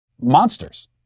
monsters